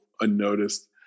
unnoticed